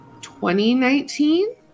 2019